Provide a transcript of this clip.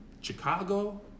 Chicago